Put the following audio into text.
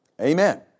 Amen